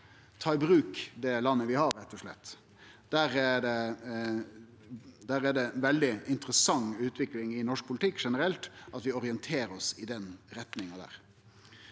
ta i bruk det landet vi har, rett og slett. Der er det ei veldig interessant utvikling i norsk politikk generelt – vi orienterer oss i den retninga. Det